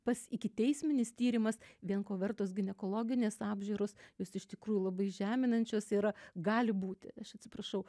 pats ikiteisminis tyrimas vien ko vertos ginekologinės apžiūros jos iš tikrųjų labai žeminančios yra gali būti aš atsiprašau